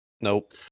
nope